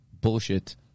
bullshit